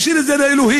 נשאיר את זה לאלוהים.